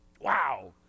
Wow